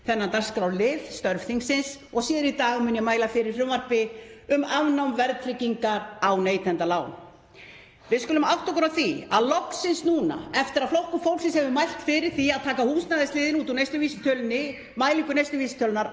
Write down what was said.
þennan dagskrárlið, störf þingsins. Síðar í dag mun ég svo mæla fyrir frumvarpi um afnám verðtryggingar á neytendalánum. Við skulum átta okkur á því að loksins núna, eftir að Flokkur fólksins hefur mælt fyrir því að taka húsnæðisliðinn út úr neysluvísitölunni, mælingu neysluvísitölunnar,